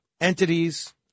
entities